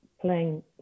playing